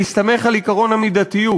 בהסתמך על עקרון המידתיות.